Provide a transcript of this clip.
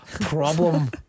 problem